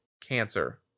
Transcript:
cancer